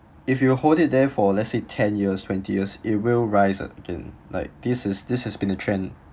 if you hold it there for let's say ten years twenty years it will rise again like this is this has been a trend